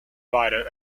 writer